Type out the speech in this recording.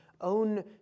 own